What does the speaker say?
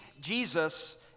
Jesus